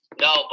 No